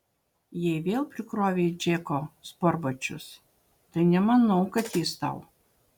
jei vėl prikrovei į džeko sportbačius tai nemanau kad jis tau